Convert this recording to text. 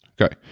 okay